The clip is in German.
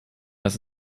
dass